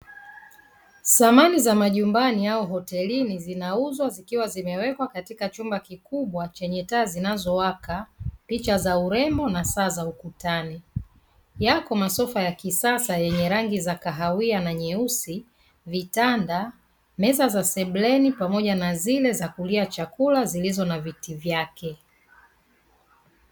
Samani za majumbani au hotelini zinauzwa zikiwa zimewekwa katika chumba kikubwa chenye taa zinazowaka picha za urembo na saa za ukutani. Yapo masofa ya kisasa yenye rangi za kahawia na nyeusi, vitanda, meza za sebuleni pamoja na zile za kulia chakula zilizo na viti vyake.